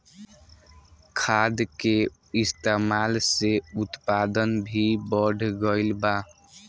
खाद के इस्तमाल से उत्पादन भी बढ़ गइल बा